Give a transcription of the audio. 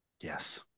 Yes